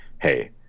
hey